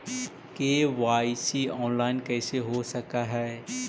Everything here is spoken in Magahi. के.वाई.सी ऑनलाइन कैसे हो सक है?